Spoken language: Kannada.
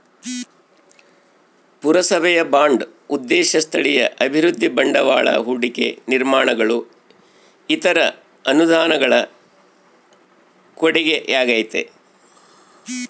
ಪುರಸಭೆಯ ಬಾಂಡ್ ಉದ್ದೇಶ ಸ್ಥಳೀಯ ಅಭಿವೃದ್ಧಿ ಬಂಡವಾಳ ಹೂಡಿಕೆ ನಿರ್ಮಾಣಗಳು ಇತರ ಅನುದಾನಗಳ ಕೊಡುಗೆಯಾಗೈತೆ